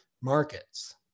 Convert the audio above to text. markets